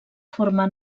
forma